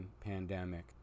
pandemic